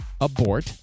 Abort